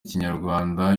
kinyarwanda